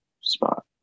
spot